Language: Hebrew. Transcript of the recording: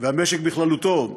והמשק בכללותו,